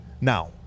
Now